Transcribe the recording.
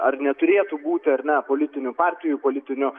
ar neturėtų būti ar ne politinių partijų politinių